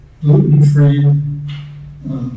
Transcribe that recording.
gluten-free